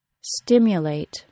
stimulate